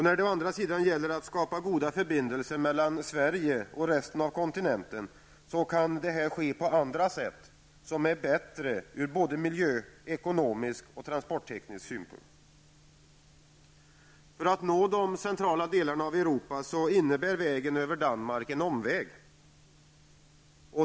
När det gäller att skapa goda förbindelser mellan Sverige och resten av kontinenten kan detta ske på andra sätt som är bättre ur både miljö-, ekonomisk och transportteknisk synpunkt. För att nå de centrala delarna av Europa innebär vägen över Danmark en omväg.